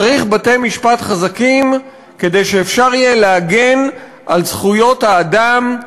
צריך בתי-משפט חזקים כדי שאפשר יהיה להגן על זכויות האדם,